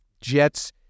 Jets